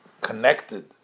connected